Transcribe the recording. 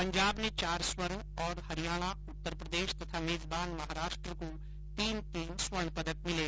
पंजाब ने चार स्वर्ण और हरियाणा उत्तर प्रदेश तथा मेजबान महाराष्ट्र को तीन तीन स्वर्ण पदक मिले